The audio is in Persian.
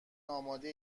آماده